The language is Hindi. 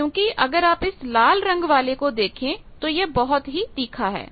क्योंकि अगर आप इस लाल रंग वाले को देखें तो यह बहुत ही तीखा है